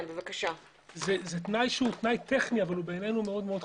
זה תנאי שהוא טכני אבל בעינינו מאוד חשוב.